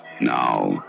Now